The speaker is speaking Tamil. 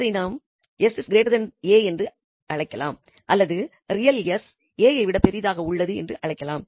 கொடுத்ததை நாம் 𝑠 𝑎 என்றும் அழைக்கலாம் அல்லது இந்த ரியல் 𝑠 𝑎 ஐ விட பெரிதாக உள்ளது என்றும் அழைக்கலாம்